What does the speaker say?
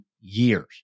years